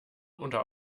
unter